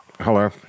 Hello